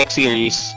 series